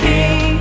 King